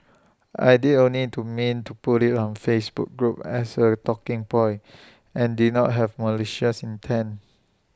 I did only to meant to put IT on the Facebook group as A talking point and did not have malicious intent